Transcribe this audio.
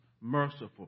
Merciful